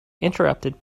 interrupted